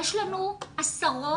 יש לנו עשרות